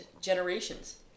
generations